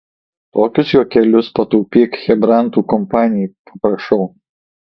tokius juokelius pataupyk chebrantų kompanijai paprašau